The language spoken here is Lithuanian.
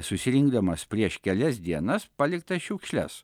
susirinkdamas prieš kelias dienas paliktas šiukšles